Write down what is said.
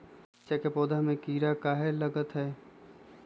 मिर्च के पौधा में किरा कहे लगतहै?